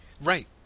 Right